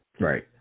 Right